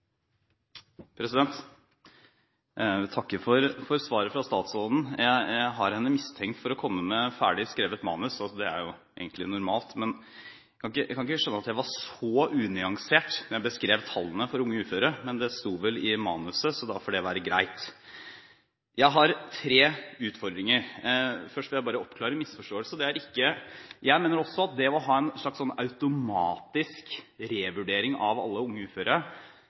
Jeg takker for svaret fra statsråden. Jeg har henne mistenkt for å komme med et ferdig skrevet manus. Det er jo egentlig normalt. Men jeg kan ikke skjønne at jeg var så unyansert da jeg beskrev tallene for unge uføre – men det sto vel i manuset, så da får det være greit. Først vil jeg bare oppklare en misforståelse. Jeg mener også at det å ha en slags automatisk revurdering av alle unge uføre